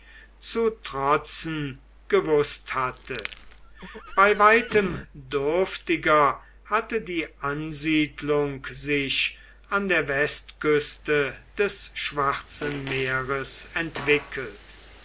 zu trotzen gewußt hatte bei weitem dürftiger hatte die ansiedlung sich an der westküste des schwarzen meeres entwickelt